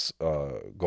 go